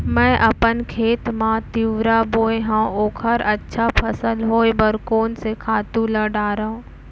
मैं अपन खेत मा तिंवरा बोये हव ओखर अच्छा फसल होये बर कोन से खातू ला डारव?